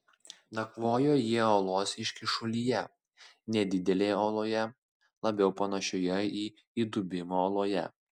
nakvojo jie uolos iškyšulyje nedidelėje oloje labiau panašioje į įdubimą uoloje